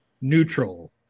neutral